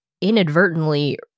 inadvertently